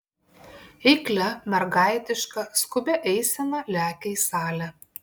eiklia mergaitiška skubia eisena lekia į salę